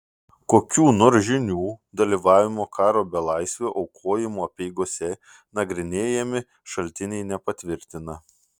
kokių nors žynių dalyvavimo karo belaisvio aukojimo apeigose nagrinėjami šaltiniai nepatvirtina